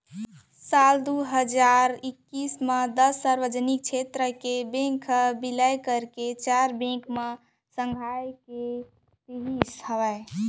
साल दू हजार एक्कीस म दस सार्वजनिक छेत्र के बेंक ह बिलय करके चार बेंक म संघारे गे रिहिस हवय